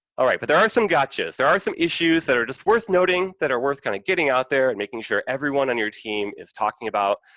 all right, but there are some gotchas, there are some issues that are just worth noting, that are worth kind of getting out there and making sure everyone on your team is talking about.